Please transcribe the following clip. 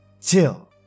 till